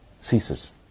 ceases